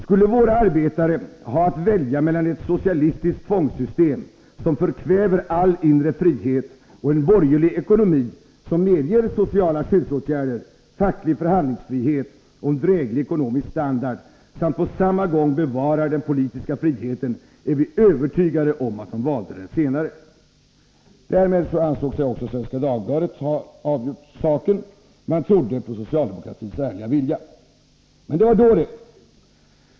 Skulle våra arbetare ha att välja mellan ett socialistiskt tvångssystem, som förkväver all inre frihet, och en ”borgerlig” ekonomi, som medger sociala skyddsåtgärder, facklig förhandlingsfrihet och en dräglig ekonomisk standard samt på samma gång bevarar den politiska friheten, är vi övertygade om att de valde det senare.” Därmed ansåg också Svenska Dagbladet saken avgjord. Man trodde på socialdemokratins ärliga vilja. Men det var då det!